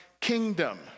kingdom